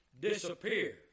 disappear